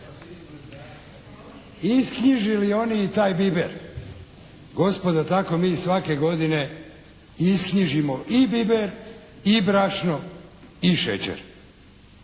isknjižili oni i taj biber. Gospodo tako mi svake godine isknjižimo i biber, i brašno, i šećer,